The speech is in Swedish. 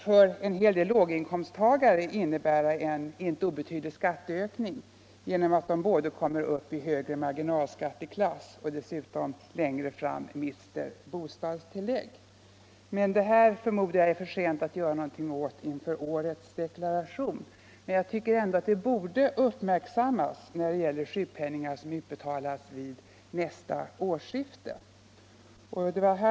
För många låginkomsttagare kan det innebära en inte obetydlig skatteökning genom att de både kommer upp i högre marginalskatteklass och dessutom mister bostadstillägg. Jag förmodar att det är för sent att göra något åt detta inför årets deklaration, men saken borde uppmärksammas när det gäller sjukpenning som utbetalas vid nästa årsskifte.